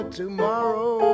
tomorrow